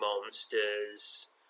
monsters